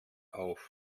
auf